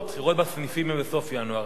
הבחירות בסניפים הן בסוף ינואר.